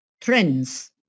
trends